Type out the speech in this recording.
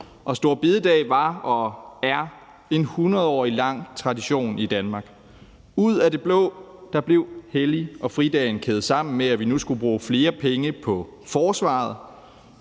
Store bededag var og er en hundredårig lang tradition i Danmark. Ud af det blå blev hellig- og fridagen kædet sammen med, at vi nu skulle bruge flere penge på forsvaret.